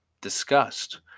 discussed